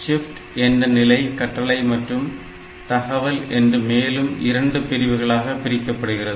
shift என்ற நிலை கட்டளை மற்றும் தகவல் என்று மேலும் இரண்டு பிரிவுகளாக பிரிக்கப்படுகிறது